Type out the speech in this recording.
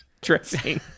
dressing